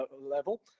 level